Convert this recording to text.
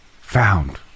found